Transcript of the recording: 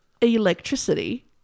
electricity